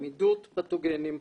עמידות פתוגנים,